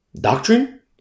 Doctrine